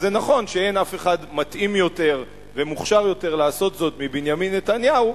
ונכון שאין אף אחד מתאים יותר ומוכשר יותר לעשות זאת מבנימין נתניהו,